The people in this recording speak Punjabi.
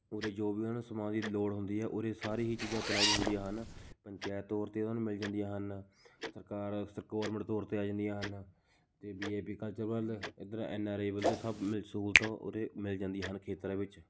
ਉਰੇ ਜੋ ਵੀ ਉਹਨਾਂ ਨੂੰ ਸਮਾਨ ਦੀ ਲੋੜ ਹੁੰਦੀ ਹੈ ਉਰੇ ਸਾਰੀ ਹੀ ਚੀਜ਼ਾਂ ਉਪਲਬਧ ਹੁੰਦੀਆਂ ਹਨ ਪੰਚਾਇਤ ਤੌਰ 'ਤੇ ਉਹਨਾਂ ਨੂੰ ਮਿਲ ਜਾਂਦੀਆਂ ਹਨ ਸਰਕਾਰ ਗੌਰਮੈਂਟ ਤੌਰ 'ਤੇ ਆ ਜਾਂਦੀਆਂ ਹਨ ਅਤੇ ਵੀ ਆਈ ਪੀ ਕਲਚਰ ਵੱਲ ਇੱਧਰ ਐੱਨ ਆਰ ਈ ਵੱਲ ਦੇ ਸਭ ਨੇ ਸਹੂਲਤਾਂ ਉਰੇ ਮਿਲ ਜਾਂਦੀ ਹਨ ਖੇਤਰਾਂ ਵਿੱਚ